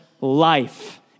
life